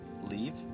leave